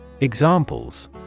Examples